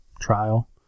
trial